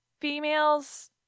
females